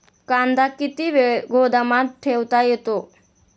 कांदा किती वेळ गोदामात ठेवता येतो?